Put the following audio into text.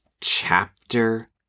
chapter